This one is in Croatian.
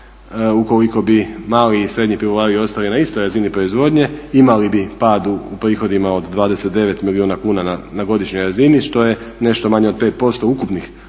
ukoliko bi mali i srednji pivovari ostali na istoj razini proizvodnje imali bi pad u prihodima od 29 milijuna kuna na godišnjoj razini što je nešto manje od 5% ukupnih